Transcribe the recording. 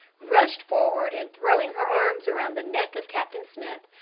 rushed forward and throwing her arms around the neck of captain smith,